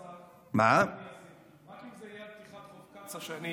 רק אם זה יהיה על פתיחת חוף קצא"א שאני